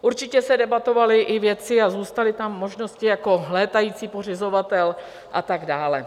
Určitě se debatovaly i věci a zůstaly tam možnosti jako létající pořizovatel a tak dále.